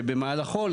שבמהלכו,